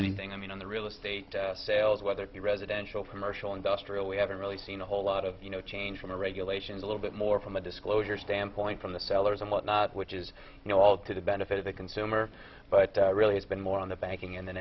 anything i mean on the real estate sales whether it be residential commercial industrial we haven't really seen a whole lot of you know change from regulations a little bit more from a disclosure standpoint from the sellers and whatnot which is you know all to the benefit of the consumer but really it's been more on the banking and then